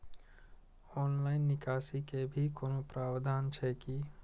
Online निकासी के भी कोनो प्रावधान छै की?